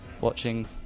watching